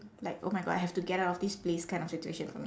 like oh my god I have to get out of this place kind of situation for me